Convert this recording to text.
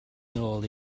nôl